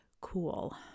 cool